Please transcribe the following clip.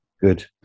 good